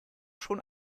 schon